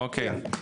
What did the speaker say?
אוקיי,